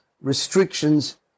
restrictions